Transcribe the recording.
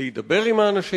חיוני להידבר עם האנשים,